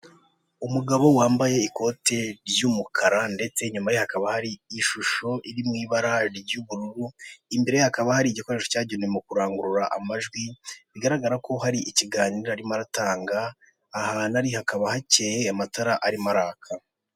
Umugabo wambaye ikote ry'umukara, ndetse inyuma ye hakaba hari ishusho iri mu ibara ry'ubururu, imbere ye hakaba hari igikoresho cyagenewe mu kurangurura amajwi bigaragara ko hari ikiganiro arimo aratanga, ahantu ari hakaba hakeye amatara arimo araka.